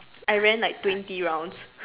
I ran like twenty rounds